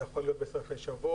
זה יכול להיות בסופי שבוע,